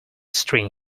string